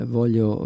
voglio